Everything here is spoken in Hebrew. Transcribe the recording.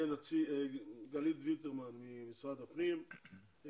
גלית וידרמן ממשרד הפנים,